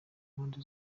mpande